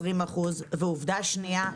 20%. ועובדה שנייה,